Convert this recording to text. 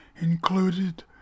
included